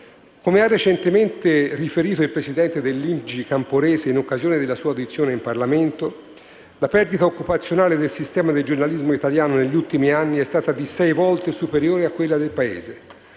dei giornalisti italiani (INPGI) Camporese in occasione della sua audizione in Parlamento, la perdita occupazionale del sistema del giornalismo italiano negli ultimi anni è stata di sei volte superiore a quella del Paese,